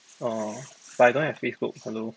orh but I don't have facebook hello